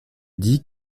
dit